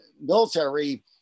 military